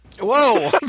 whoa